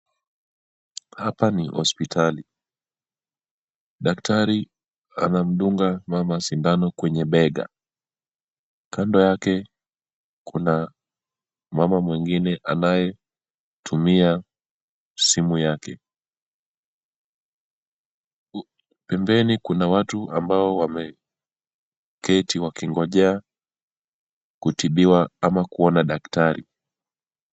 Hapa ni hosipitali. Daktari anamdunga mama sindano kwenye bega. Kando yake kuna mama mwingine anayetumia simu yake, pembeni kuna watu ambao wameketi wakingoja kutibiwa ama kuona daktari.